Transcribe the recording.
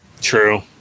True